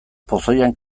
pozoian